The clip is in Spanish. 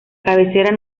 cabecera